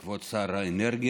כבוד שר האנרגיה,